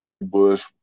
Bush